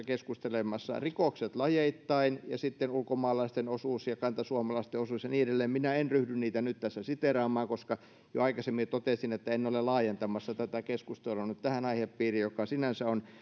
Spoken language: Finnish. keskustelemassa rikokset lajeittain ja sitten ulkomaalaisten osuus ja kantasuomalaisten osuus ja niin edelleen minä en ryhdy niitä nyt tässä siteeraamaan koska kuten jo aikaisemmin totesin en ole laajentamassa tätä keskustelua nyt tähän aihepiiriin joka sinänsä on